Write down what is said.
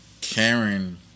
Karen